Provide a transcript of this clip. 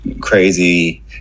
crazy